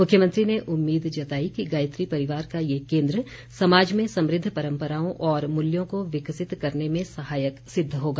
मुख्यमंत्री ने उम्मीद जताई कि गायत्री परिवार का ये केन्द्र समाज में समृद्ध परम्पराओं और मूल्यों को विकसित करने में सहायक सिद्ध होगा